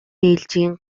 ээлжийн